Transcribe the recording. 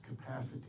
capacity